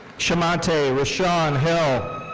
shamonte rashaun hill.